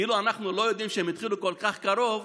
כאילו אנחנו לא יודעים שהם התחילו כל כך קרוב,